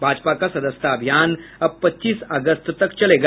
भाजपा का सदस्यता अभियान अब पच्चीस अगस्त तक चलेगा